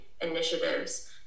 initiatives